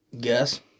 Guess